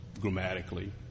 grammatically